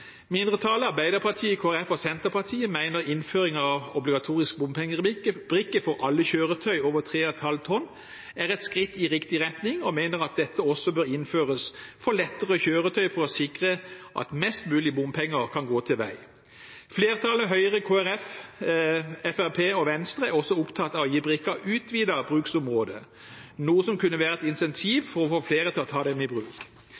Mindretallet, Arbeiderpartiet, Kristelig Folkeparti og Senterpartiet, mener at innføring av obligatorisk bompengebrikke for alle kjøretøy over 3,5 tonn er et skritt i riktig retning, og mener at dette også bør innføres for lettere kjøretøy for å sikre at mest mulig bompenger kan gå til vei. Flertallet, Høyre, Kristelig Folkeparti, Fremskrittspartiet og Venstre, er også opptatt av å gi brikken utvidet bruksområde, noe som kunne være et incentiv for å få flere til å ta den i bruk.